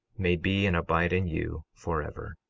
may be and abide in you forever.